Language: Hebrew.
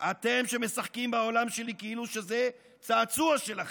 / אתם, שמשחקים בעולם שלי כאילו שזה צעצוע שלכם.